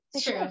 True